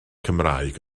cymraeg